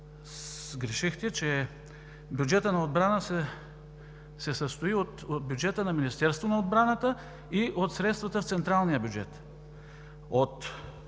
сгрешихте, че бюджетът на отбраната се състои от бюджета на Министерството на отбраната и от средствата в централния бюджет. От